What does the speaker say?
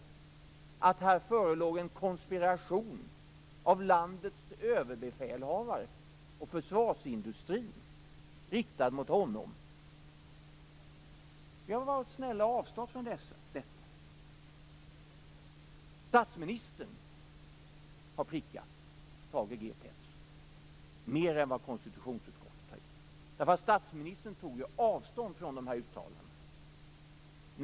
Statsministern har prickat Thage G Peterson mer än vad konstitutionsutskottet har gjort. Statsministern tog ju avstånd från de här uttalandena.